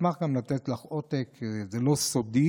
אשמח גם לתת לך עותק, זה לא סודי.